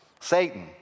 Satan